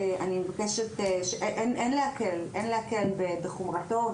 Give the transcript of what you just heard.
אני מבקשת, שאין להקל בחומרתו.